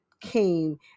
came